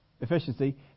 efficiency